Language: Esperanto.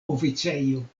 oficejo